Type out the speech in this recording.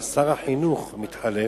אבל שר החינוך מתחלף,